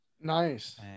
Nice